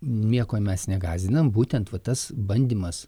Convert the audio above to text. nieko mes negąsdinam būtent va tas bandymas